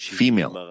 female